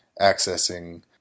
accessing